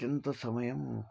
अत्यन्तसमयम्